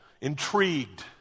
intrigued